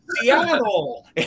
Seattle